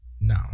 no